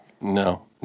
no